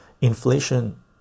Inflation